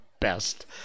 best